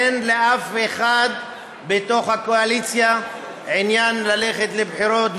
אין לאף אחד בתוך הקואליציה עניין ללכת לבחירות,